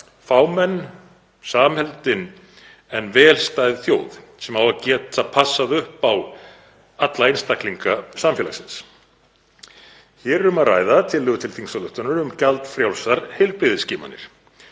fámenn, samheldin en vel stæð þjóð sem á að geta passað upp á alla einstaklinga samfélagsins. Hér er um að ræða tillögu til þingsályktunar um gjaldfrjálsar heilbrigðisskimanir.